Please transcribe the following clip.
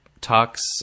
talks